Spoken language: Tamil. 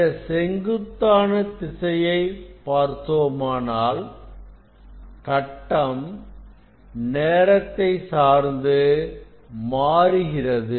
இந்த செங்குத்தான திசையை பார்த்தோமானால் கட்டம் நேரத்தை சார்ந்து மாறுகிறது